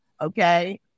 okay